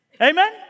Amen